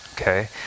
Okay